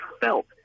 felt